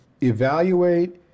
evaluate